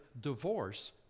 divorce